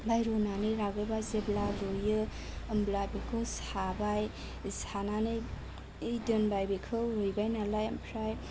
आमफ्राय रुनानै लाबोबा जेब्ला रुइयो होमब्ला बिखौ साबाय सानानै दोनबाय बिखौ रुइबाय नालाय आमफ्राय